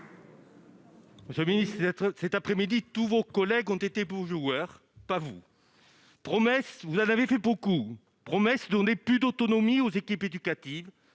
ministre d'être cet après-midi, tous vos collègues ont été beau joueur, pas vous, promesse, vous avez fait beaucoup promesse : donner plus d'autonomie aux équipes éducatives,